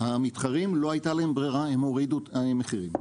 למתחרים לא הייתה ברירה, הם הורידו מחירים.